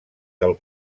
del